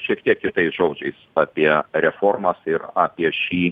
šiek tiek kitais žodžiais apie reformas ir apie šį